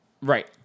Right